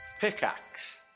Pickaxe